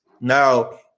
Now